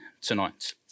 tonight